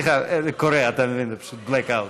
סליחה, קורה, אתה מבין, פשוט בלק אאוט.